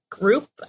group